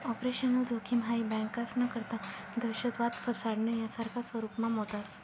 operational जोखिम हाई बँकास्ना करता दहशतवाद, फसाडणं, यासारखा स्वरुपमा मोजास